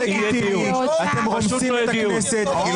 לא יהיה דיון בלי התייחסות מקצועית של